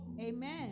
Amen